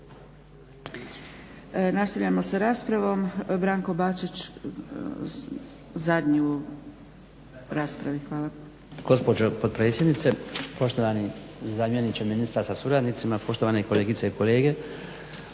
Nastavljamo s raspravom, Branko Bačić zadnji u raspravi. Hvala. **Bačić, Branko (HDZ)** Gospođo potpredsjednice, poštovani zamjeniče ministra sa suradnicima, poštovane kolegice i kolege.